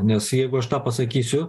nes jeigu aš tą pasakysiu